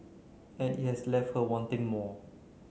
and it has left her wanting more